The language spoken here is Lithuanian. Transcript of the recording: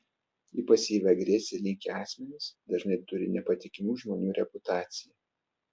į pasyvią agresiją linkę asmenys dažnai turi nepatikimų žmonių reputaciją